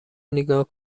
نیگا